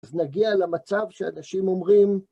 אז נגיע למצב שאנשים אומרים,